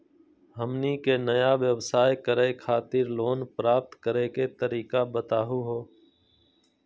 हमनी के नया व्यवसाय करै खातिर लोन प्राप्त करै के तरीका बताहु हो?